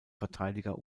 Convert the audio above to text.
verteidiger